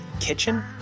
Kitchen